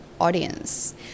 audience